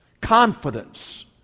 confidence